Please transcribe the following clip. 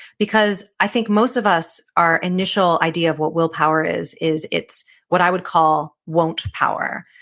because i think most of us, our initial idea of what willpower is, is it's what i would call, won't power.